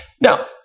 Now